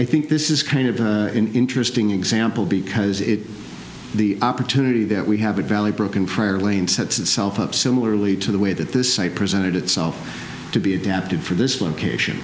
i think this is kind of interesting example because it's the opportunity that we have a valley broken fire lane sets itself up similarly to the way that this site presented itself to be adapted for this location